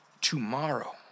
Tomorrow